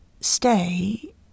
stay